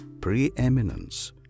preeminence